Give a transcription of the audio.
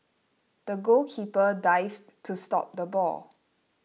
the goalkeeper dived to stop the ball